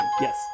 Yes